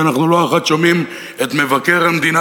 ואנחנו לא אחת שומעים את מבקר המדינה,